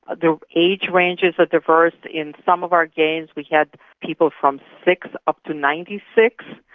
the age ranges are diverse. in some of our games we had people from six up to ninety six,